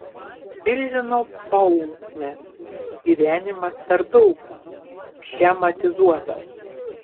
milžino paunksmės gyvenimas per daug schematizuotas